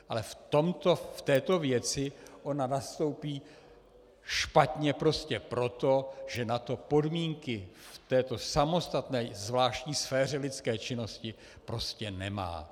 Ale v této věci ona nastoupí špatně prostě proto, že na to podmínky v této samostatné zvláštní sféře lidské činnosti prostě nemá.